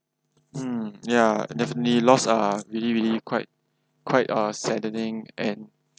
mm yeah definitely lost are really really quite quite uh saddening and